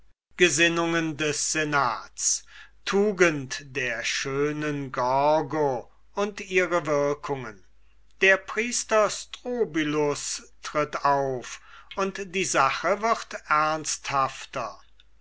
gesinnungen des senats tugend der schönen gorgo und ihre wirkungen der priester strobylus tritt auf und die sache wird ernsthafter